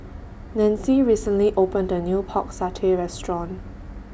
Nancie recently opened A New Pork Satay Restaurant